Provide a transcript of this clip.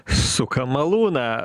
sukam malūną